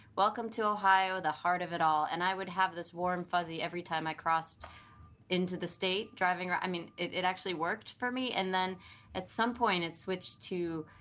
welcome to ohio, the heart of it all, and i would have this warm fuzzy every time i crossed into the state, driving. i mean, it it actually worked for me. and then at some point it switched to,